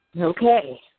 Okay